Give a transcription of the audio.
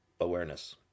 awareness